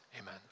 amen